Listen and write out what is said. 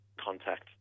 contact